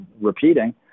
repeating